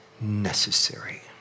necessary